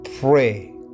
pray